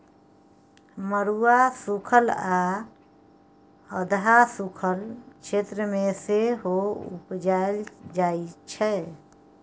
मरुआ सुखल आ अधहा सुखल क्षेत्र मे सेहो उपजाएल जाइ छै